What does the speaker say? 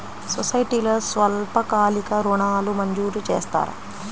సొసైటీలో స్వల్పకాలిక ఋణాలు మంజూరు చేస్తారా?